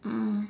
mm